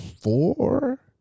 Four